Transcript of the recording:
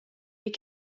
est